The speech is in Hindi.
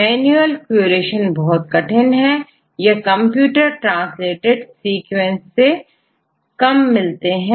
मैन्युअल क्यूरेशन बहुत कठिन है और यह कंप्यूटर ट्रांसलेटेड सीक्वेंस से कम मिलते हैं